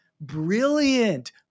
Brilliant